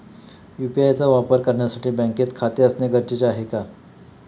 UPI चा वापर करण्यासाठी बँकेत खाते असणे गरजेचे आहे का?